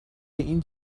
این